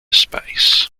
space